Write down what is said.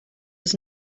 was